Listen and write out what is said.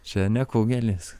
čia ne kugelis